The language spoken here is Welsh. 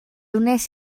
wnes